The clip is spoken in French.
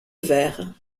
verre